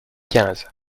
quinze